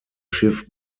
schiff